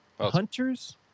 hunters